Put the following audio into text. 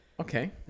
Okay